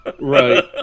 Right